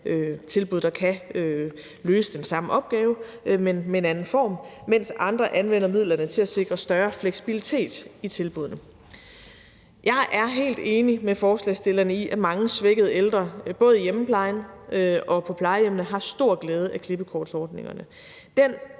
tilbud, der kan løse den samme opgave, men med en anden form – mens andre anvender midlerne til at sikre større fleksibilitet i tilbuddene. Jeg er helt enig med forslagsstillerne i, at mange svækkede ældre, både i hjemmeplejen og på plejehjemmene, har stor glæde af klippekortsordningerne.